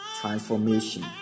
transformation